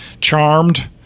charmed